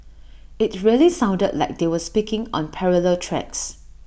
IT really sounded like they were speaking on parallel tracks